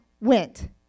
went